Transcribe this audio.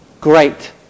Great